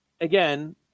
again